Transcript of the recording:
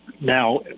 now